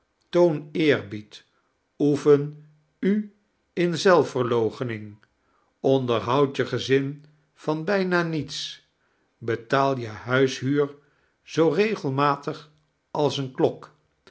toon eerbied oefen u in zelfverloochening onderhoud je gezin van bijna niets betaal je huishnur zoo regelmatig als eene klok